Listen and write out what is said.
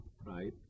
right